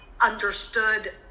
understood